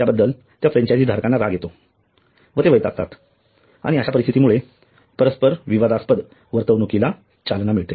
त्याबद्दल त्या फ्रँचायझी धारकांना राग येतो व ते वैतागतात आणि अश्या परिस्थितीमुळे परस्पर विवादास्पद वर्तणुकीला चलाना मिळते